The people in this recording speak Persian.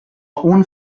اون